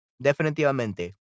Definitivamente